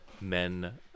men